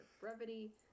brevity